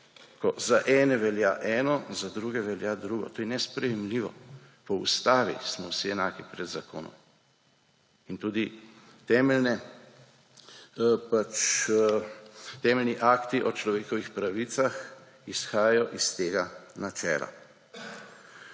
ko za ene velja eno, za druge velja drugo. To je nesprejemljivo. Po Ustavi smo vsi enaki pred zakonom. In tudi temeljni akti o človekovih pravicah izhajajo iz tega načela.